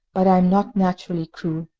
but i am not naturally cruel,